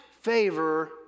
favor